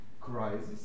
crisis